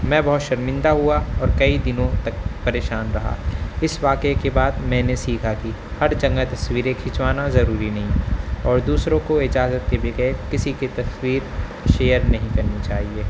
میں بہت شرمندہ ہوا اور کئی دنوں تک پریشان رہا اس واقعے کے بعد میں نے سیکھا کی ہر جگہ تصویریں کھنچوانا ضروری نہیں اور دوسروں کو اجازت کے بغیر کسی کی تصویر شیئر نہیں کرنی چاہیے